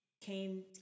came